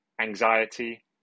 anxiety